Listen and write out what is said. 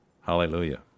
Hallelujah